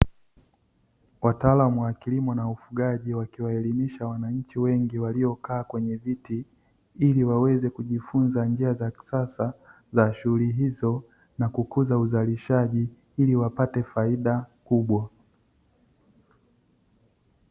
Wataalam wa kilimo na ufugaji, wakiwaelimisha wanananchi wengi waliokaa kwenye viti, ili waweze kujifunza njia za kisasa za shughuli hizo na kukuza uzalishaji, ili wapate faida kubwa.